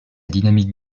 dynamique